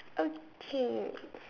okay